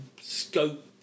scope